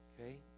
okay